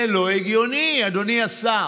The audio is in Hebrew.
זה לא הגיוני, אדוני השר.